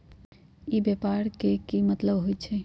ई व्यापार के की मतलब होई छई?